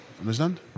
understand